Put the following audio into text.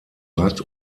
rad